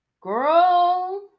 girl